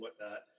whatnot